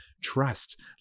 trust